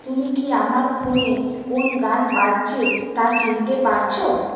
তুমি কি আমার ফোনে কোন গান বাজছে তা চিনতে পারছো